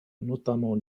notamment